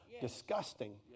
disgusting